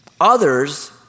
Others